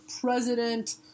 president